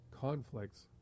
conflicts